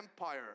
empire